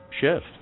shift